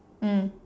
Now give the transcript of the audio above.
mm